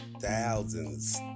Thousands